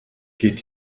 geht